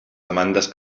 demandes